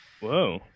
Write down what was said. Whoa